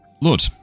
Lord